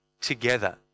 together